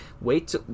Wait